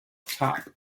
top